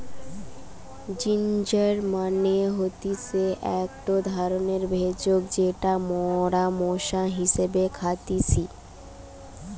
ginger মানে হতিছে একটো ধরণের ভেষজ যেটা মরা মশলা হিসেবে খাইতেছি